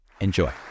Enjoy